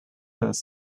fired